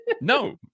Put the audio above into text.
No